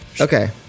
Okay